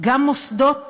גם מוסדות